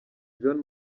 john